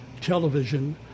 television